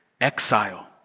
exile